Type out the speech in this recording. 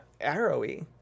arrowy